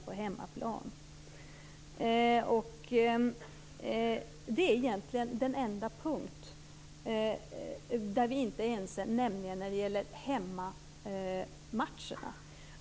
Det finns egentligen bara en punkt där vi inte är ense, nämligen när det gäller hemmamatcherna.